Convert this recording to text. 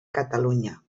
catalunya